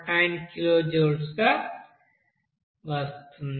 9 కిలోజౌల్స్గా వస్తుంది